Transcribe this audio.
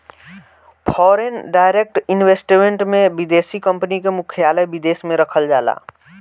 foreign direct investment में विदेशी company के मुख्यालय विदेश में रखल जाला